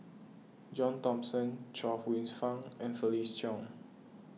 John Thomson Chuang Hsueh Fang and Felix Cheong